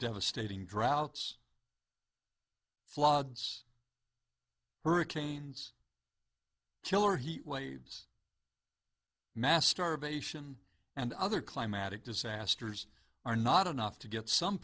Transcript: devastating droughts floods hurricanes killer heat waves mass starvation and other climatic disasters are not enough to get some